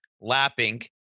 lapping